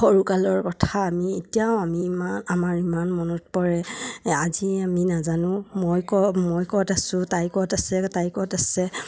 সৰুকালৰ কথা আমি এতিয়াও আমি ইমান আমাৰ ইমান মনত পৰে আজিয়ে আমি নাজানো মই ক মই ক'ত আছোঁ তাই ক'ত আছে তাই ক'ত আছে